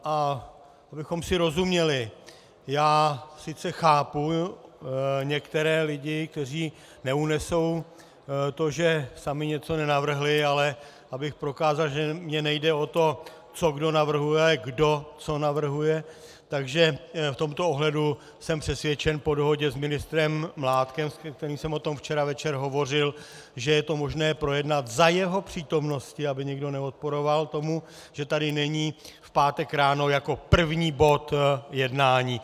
Abychom si rozuměli, já sice chápu některé lidi, kteří neunesou to, že sami něco nenavrhli, ale abych prokázal, že mně nejde o to, co kdo navrhuje, ale kdo co navrhuje, takže v tomto ohledu jsem přesvědčen po dohodě s ministrem Mládkem, se kterým jsem o tom včera večer hovořil, že je to možné projednat za jeho přítomnosti, aby někdo neodporoval tomu, že tady není, v pátek ráno jako první bod jednání.